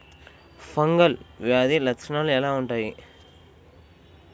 Fungal వ్యాధి లక్షనాలు ఎలా వుంటాయి?